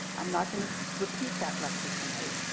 i'm not going to repeat that lecture tonight.